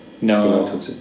No